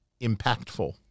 impactful